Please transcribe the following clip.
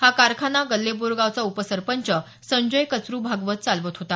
हा कारखाना गल्लेबोरगावचा उपसरपंच संजय कचरु भागवत चालवत होता